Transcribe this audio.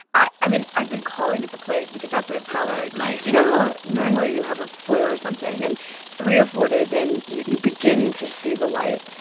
i i mean, i've been calling it the plague because that's what it felt like nice you know how normally you have a flu or something, and three or four days in, you you begin to see the light.